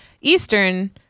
Eastern